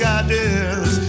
ideas